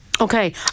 Okay